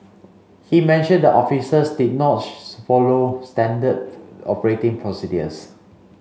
he mentioned the officers did not follow standard operating procedures